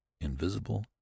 invisible